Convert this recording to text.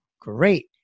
Great